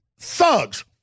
thugs